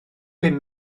bum